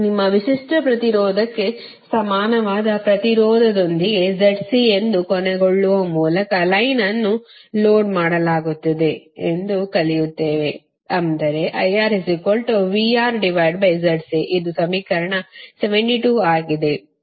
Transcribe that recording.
ನಿಮ್ಮ ವಿಶಿಷ್ಟ ಪ್ರತಿರೋಧಕ್ಕೆ ಸಮಾನವಾದ ಪ್ರತಿರೋಧದೊಂದಿಗೆ Zc ಎಂದು ಕೊನೆಗೊಳ್ಳುವ ಮೂಲಕ ಲೈನ್ ಅನ್ನು ಲೋಡ್ ಮಾಡಲಾಗುತ್ತದೆ ಎಂದು ಕಲಿಯುತ್ತೇವೆ ಅಂದರೆ ಇದು ಸಮೀಕರಣ 72 ಆಗಿದೆ